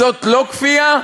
זאת לא כפייה?